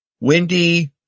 windy